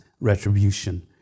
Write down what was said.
retribution